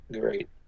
great